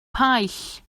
paill